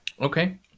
Okay